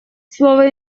слово